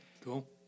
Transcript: cool